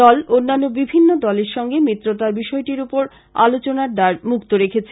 দল অন্যান্য বিভিন্ন দলের সঙ্গে মিত্রতার বিষয়টির ওপর আলোচনার দ্বার মুক্ত রেখেছে